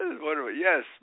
yes